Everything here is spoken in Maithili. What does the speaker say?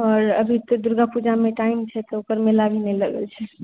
आओर अभी तऽ दुर्गा पूजामे टाइम छै तऽ ओकर मेला अभी नै लगल छै